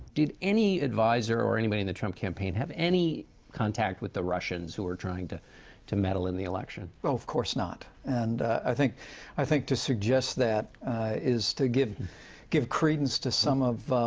did any adviser or anybody in the trump campaign have any contact with the russians who were trying to to meddle in the election? oh, of course not. and i think i think to suggest that is to give give credence to some of